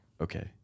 Okay